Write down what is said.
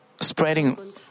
spreading